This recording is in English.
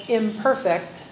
imperfect